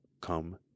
come